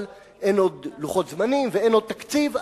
אבל אין עוד לוחות זמנים ואין עוד תקציב,